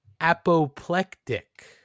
apoplectic